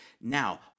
now